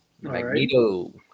Magneto